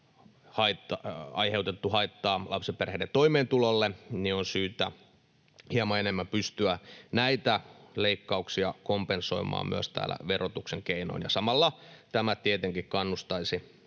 aiheutettu haittaa lapsiperheiden toimeentulolle, on syytä hieman enemmän pystyä näitä leikkauksia kompensoimaan myös verotuksen keinoin. Samalla tämä tietenkin kannustaisi